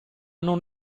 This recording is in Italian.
non